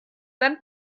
beim